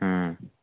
ꯎꯝ